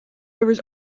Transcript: rivers